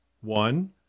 One